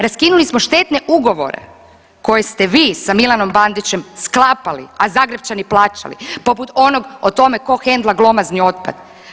Raskinuli smo štetne ugovore koje ste vi sa Milanom Bandićem sklapali, a Zagrepčani plaćali, poput onog o tome tko hendla glomazni otpad.